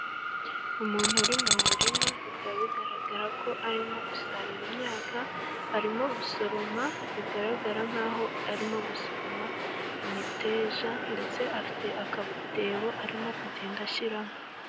Umuntu uri mu murima bikaba bigaragara ko arimo gusarura imyaka, arimo gusoroma bigaragara nk 'aho arimo gusoroma imiteja ,ndetse afite akatebo arimo kugenda ashyiramo.